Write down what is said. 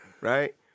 right